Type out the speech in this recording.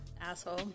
Asshole